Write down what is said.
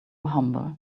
humble